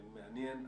ומעניין.